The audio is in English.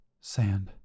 Sand